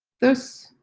thus,